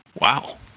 wow